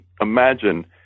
imagine